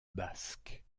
basque